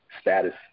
status